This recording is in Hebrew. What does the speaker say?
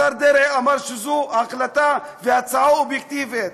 השר דרעי אמר שזו החלטה והצעה אובייקטיבית,